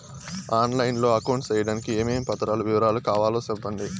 On line లో account సేయడానికి ఏమేమి పత్రాల వివరాలు కావాలో సెప్పండి?